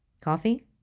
Coffee